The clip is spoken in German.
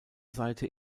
seite